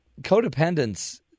codependence